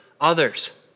others